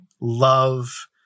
love